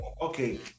okay